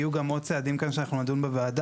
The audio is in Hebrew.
יהיו גם עוד צעדים כאן שאנחנו נדון בוועדה.